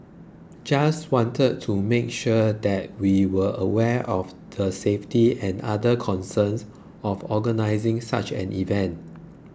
just wanted to make sure that we were aware of the safety and other concerns of organising such an event